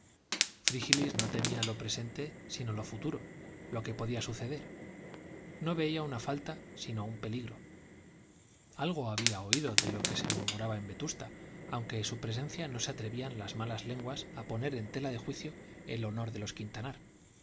frígilis no temía lo presente si no lo futuro lo que podía suceder no veía una falta sino un peligro algo había oído de lo que se murmuraba en vetusta aunque en su presencia no se atrevían las malas lenguas a poner en tela de juicio el honor de los quintanar